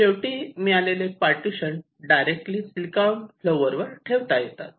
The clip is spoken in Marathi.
शेवटी मिळालेले पार्टिशन डायरेक्टलि सिलिकॉन फ्लोअर वर ठेवता येतात